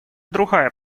другая